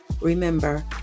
remember